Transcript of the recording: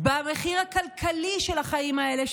עם מחיר הכלכלי של החיים האלה,